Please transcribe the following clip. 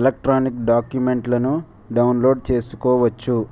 electronic డాక్యుమెంట్లను download చేసుకోవచ్చు